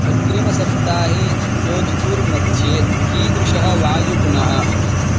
अग्रिमसप्ताहे जोधपुरमध्ये कीदृशः वायुगुणः